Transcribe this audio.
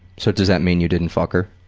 so does that mean you didn't fuck her?